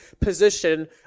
position